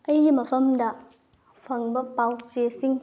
ꯑꯩꯒꯤ ꯃꯐꯝꯗ ꯐꯪꯕ ꯄꯥꯎ ꯆꯦꯁꯤꯡ